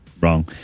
Wrong